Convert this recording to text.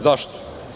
Zašto?